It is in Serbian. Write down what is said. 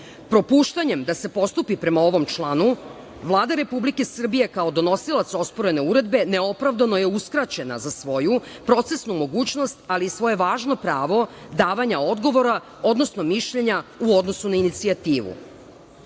mišljenja. Propuštanjem da se postupi prema ovom članu Vlada Republike Srbije kao donosilac osporene uredbe neopravdano je uskraćena za svoju procesnu mogućnost, ali i svoje važno pravo davanja odgovora, odnosno mišljenja u odnosu na inicijativu. Kao